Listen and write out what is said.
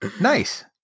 Nice